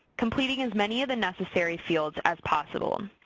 completing as many of the necessary fields as possible.